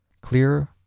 Clear